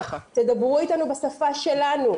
תדברו איתנו בשפה שלנו.